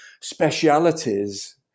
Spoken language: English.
specialities